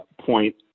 point